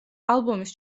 ალბომის